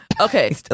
Okay